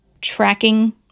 tracking